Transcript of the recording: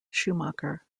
schumacher